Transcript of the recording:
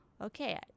Okay